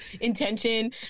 intention